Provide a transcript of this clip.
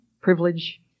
privilege